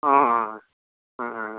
অঁ অঁ অঁ অঁ